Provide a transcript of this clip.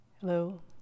Hello